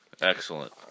Excellent